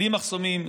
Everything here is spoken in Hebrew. בלי מחסומים,